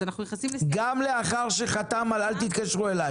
אז אנחנו נכנסים --- גם לאחר שחתם על "אל תתקשרו אליי".